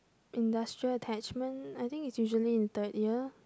industrial attachment I think is usually in third year